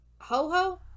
Ho-Ho